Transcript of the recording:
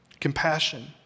Compassion